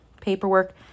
paperwork